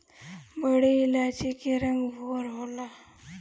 बड़ी इलायची के रंग भूअर होला